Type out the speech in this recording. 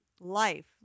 Life